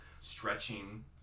stretching